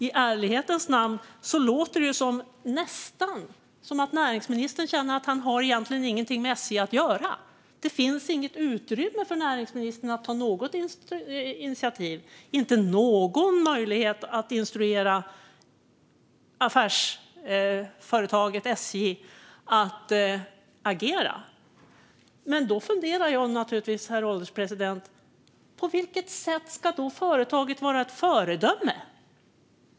I ärlighetens namn låter det nästan som att näringsministern känner att han egentligen inte har någonting med SJ att göra. Det finns inget utrymme för näringsministern att ta något initiativ. Det finns inte någon möjlighet att instruera affärsföretaget SJ att agera. Men då funderar jag naturligtvis på följande, herr ålderspresident: På vilket sätt ska företaget då vara ett föredöme?